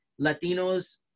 Latinos